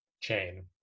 chain